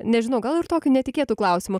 nežinau gal ir tokiu netikėtu klausimu